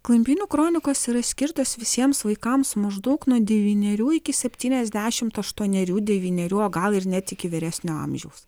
klampynių kronikos yra skirtos visiems vaikams maždaug nuo devynerių iki septyniasdešimt aštuonerių devynerių o gal ir net iki vyresnio amžiaus